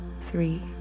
three